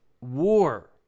war